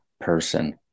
person